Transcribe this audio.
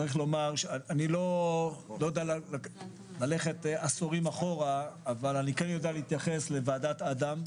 אני לא יודע ללכת עשורים אחורה אבל אני יודע להתייחס לוועדת אדם.